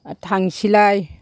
थांनोसैलाय